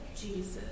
Jesus